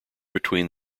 between